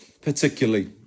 particularly